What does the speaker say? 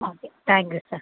okay thank you sir